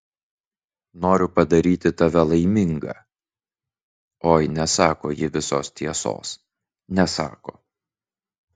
noriu padaryti tave laimingą oi nesako ji visos tiesos nesako